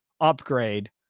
upgrade